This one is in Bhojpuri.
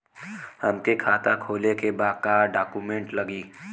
हमके खाता खोले के बा का डॉक्यूमेंट लगी?